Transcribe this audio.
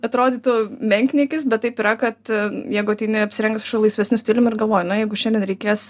atrodytų menkniekis bet taip yra kad jeigu ateini apsirengęs kažkiu laisvesniu stiliumi ir galvoji na jeigu šiandien reikės